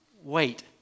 Wait